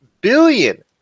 billion